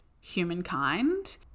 humankind